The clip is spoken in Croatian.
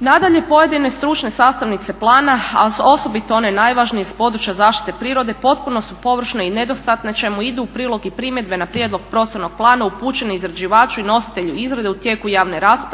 Nadalje, pojedine stručne sastavnice plana a osobito one najvažnije s područja zaštite prirode potpuno su površne i nedostatne čemu idu u prilog i primjedbe na prijedlog prostornog plana upućene izrađivaču i nositelju izrade u tijeku javne rasprave